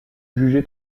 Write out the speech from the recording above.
jugé